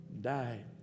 died